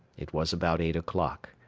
it was about eight o'clock.